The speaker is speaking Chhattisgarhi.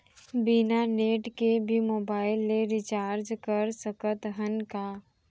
बिना नेट के भी मोबाइल ले रिचार्ज कर सकत हन का?